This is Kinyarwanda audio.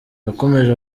yakomeje